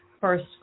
first